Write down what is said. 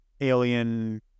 alien